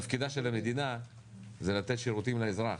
תפקידה של המדינה זה לתת שירותים לאזרח.